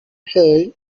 hailed